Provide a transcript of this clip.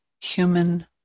human